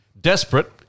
Desperate